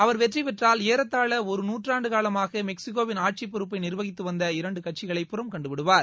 அவர் வெற்றி பெற்றால் ஏறத்தாழ ஒரு நுற்றாண்டு காலமாக மெக்ஸிகோவின் ஆட்சிப் பொறுப்பை நிர்வகித்து வந்த இரண்டு கட்சிகளை புறம்கண்டுவிடுவார்